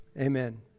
amen